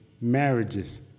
marriages